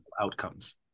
outcomes